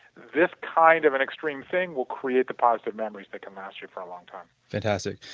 this kind of an extreme thing will create the positive memories that can last here for a long time fantastic.